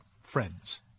friends